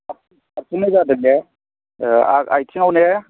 हारसिङै जादों ने ए औ आथिङाव ने